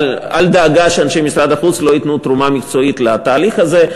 אין דאגה שאנשי משרד החוץ לא ייתנו תרומה מקצועית לתהליך הזה.